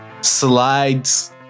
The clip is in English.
slides